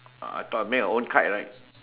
uh I thought make a own kite right